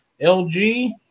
LG